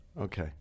Okay